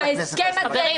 לא על הכנסת העשרים-ואחת.